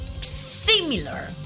...similar